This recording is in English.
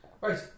Right